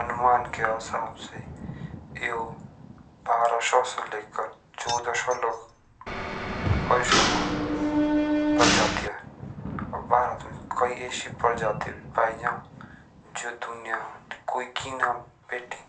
अनुमान के हिसाब से बारह सौ से लेकर चौदह सौ एलजी होए सको परजातिया जो दुनिया कोेकी ना बेटी।